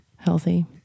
healthy